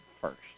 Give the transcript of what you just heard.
first